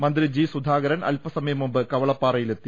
മന്ത്രി ജി സുധാകരൻ അൽപ്പ സമയംമുമ്പ് കവളപ്പാറയിലെത്തി